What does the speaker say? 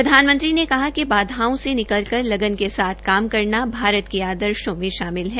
प्रधानमंत्री ने कहा कि बाधाओं र्स निकल कर लगन के साथ काम करना भारत के आदर्शो में शामिल है